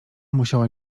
musiała